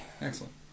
excellent